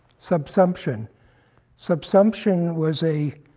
subsumption. subsumption was a